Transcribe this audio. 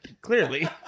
clearly